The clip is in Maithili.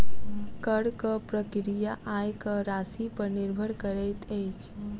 करक प्रक्रिया आयक राशिपर निर्भर करैत अछि